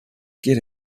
get